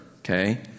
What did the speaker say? Okay